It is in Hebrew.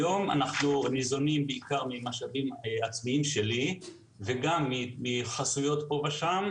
כיום אנחנו ניזונים בעיקר ממשאבים עצמיים שלי וגם מחסויות פה ושם,